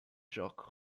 jacques